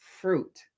fruit